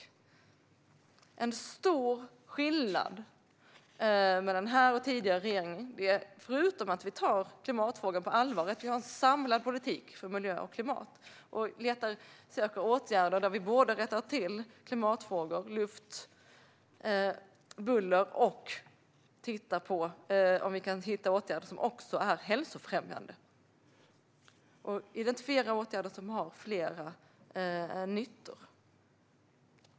En stor skillnad mellan den här och den tidigare regeringen är att vi förutom att vi tar klimatfrågan på allvar har en samlad politik för miljö och klimat och söker åtgärder där vi både rättar till klimatfrågor - luft och buller - och tittar på om vi kan hitta åtgärder som också är hälsofrämjande. Vi försöker identifiera åtgärder som har flera nyttor.